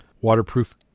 Waterproof